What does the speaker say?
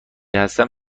هستم